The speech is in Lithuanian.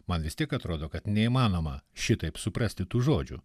man vis tiek atrodo kad neįmanoma šitaip suprasti tų žodžių